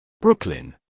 Brooklyn